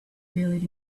buried